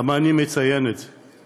למה אני מציין את זה?